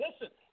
Listen